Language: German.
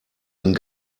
den